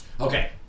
Okay